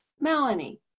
Melanie